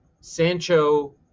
Sancho